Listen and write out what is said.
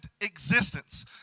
existence